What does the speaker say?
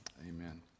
Amen